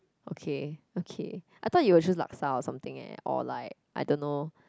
okay okay I thought you will choose laksa or something eh or like I don't know